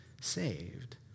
saved